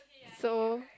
so